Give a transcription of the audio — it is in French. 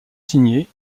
signé